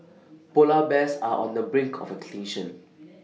Polar Bears are on the brink of extinction